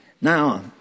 Now